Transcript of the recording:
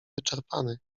wyczerpany